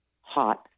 hot